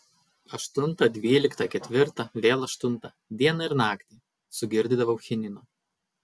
aštuntą dvyliktą ketvirtą vėl aštuntą dieną ir naktį sugirdydavau chinino